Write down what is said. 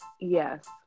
Yes